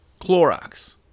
Clorox